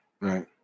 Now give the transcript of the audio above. right